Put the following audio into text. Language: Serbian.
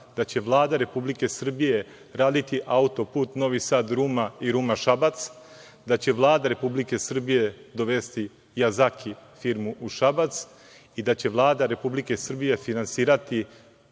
da će Vlada Republike Srbije raditi autoput Novi Sad–Ruma i Ruma–Šabac, da će Vlada Republike Srbije dovesti „Jazaki“ firmu u Šabac i da će Vlada Republike Srbije finansirati